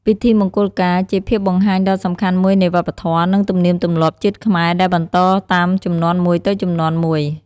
ពិធីមង្គលការ ជាភាពបង្ហាញដ៏សំខាន់មួយនៃវប្បធម៌ និងទំនៀមទម្លាប់ជាតិខ្មែរ ដែលបន្តតាមជំនាន់មួយទៅមួយ។